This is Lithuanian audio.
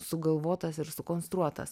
sugalvotas ir sukonstruotas